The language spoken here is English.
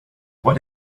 what